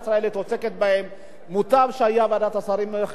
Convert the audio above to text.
מוטב שוועדת השרים לחקיקה תתמוך בהצעת החוק.